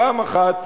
פעם אחת